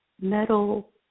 metal